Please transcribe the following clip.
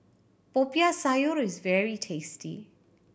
Popiah Sayur is very tasty